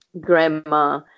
grandma